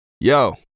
yo